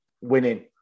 winning